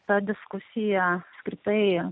ta diskusija apskritai